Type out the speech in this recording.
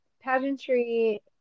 pageantry